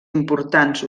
importants